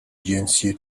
جنسی